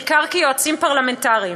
בעיקר כיועצים פרלמנטריים,